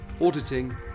auditing